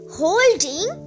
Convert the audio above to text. holding